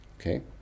Okay